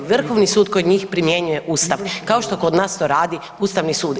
Vrhovni sud kod njih primjenjuje Ustav, kao što kod nas to radi Ustavni sud.